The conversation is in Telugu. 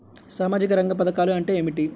సామాజిక రంగ పధకాలు అంటే ఏమిటీ?